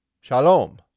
shalom